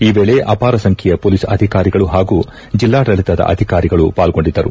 ಈ ವೇಳೆ ಅಪಾರ ಸಂಖ್ಲೆಯ ಪೊಲೀಸ್ ಅಧಿಕಾರಿಗಳು ಹಾಗೂ ಜಿಲ್ಲಾಡಳಿತದ ಅಧಿಕಾರಿಗಳು ಪಾಲ್ಗೊಂಡಿದ್ದರು